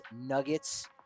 nuggets